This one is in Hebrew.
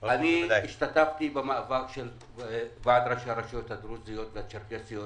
השתתפתי במאבק של ועד ראשי הרשויות הדרוזיות והצ'רקסיות